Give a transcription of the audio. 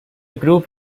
group